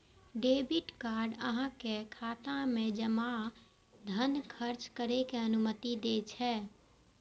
debit card अहांक खाता मे जमा धन खर्च करै के अनुमति दै छै